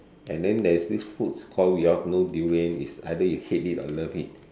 and then there's this food called durian is either you hate it or love it